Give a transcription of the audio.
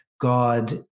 god